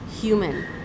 human